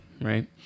Right